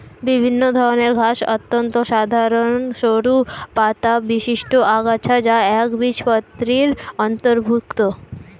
বিভিন্ন ধরনের ঘাস অত্যন্ত সাধারণ সরু পাতাবিশিষ্ট আগাছা যা একবীজপত্রীর অন্তর্ভুক্ত